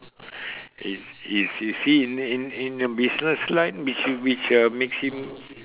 is is is he in in in a business line which which uh makes him